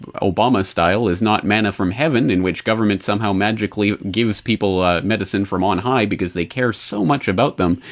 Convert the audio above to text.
but obama-style, is not manna from heaven in which government somehow magically gives people ah medicine from onhigh because they care so much about them,